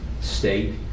state